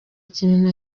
kintu